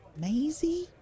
Maisie